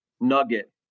nugget